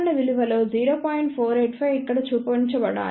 485 ఇక్కడ చూపించబడాలి